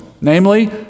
namely